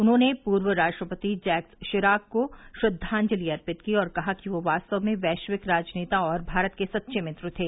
उन्होंने पूर्व राष्ट्रपति जैक्स शिराक को श्रद्वांजलि अर्पित की और कहा कि वे वास्तव में वैश्विक राजनेता और भारत के सच्चे मित्र थे